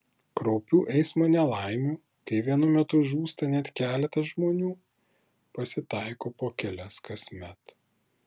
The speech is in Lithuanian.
kraupių eismo nelaimių kai vienu metu žūsta net keletas žmonių pasitaiko po kelias kasmet